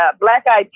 black-eyed